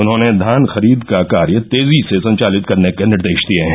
उन्होंने धान खरीद का कार्य तेजी से संचालित करने के निर्देश दिये हैं